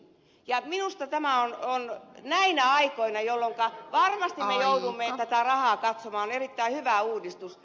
ja minusta tämä näin aikoina jolloinka varmasti me joudumme tätä rahaa katsomaan erittäin hyvä uudistus